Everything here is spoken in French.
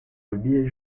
rubis